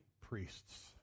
priests